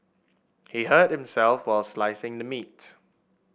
he hurt himself while slicing the meat